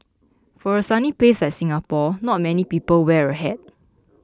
for a sunny place like Singapore not many people wear a hat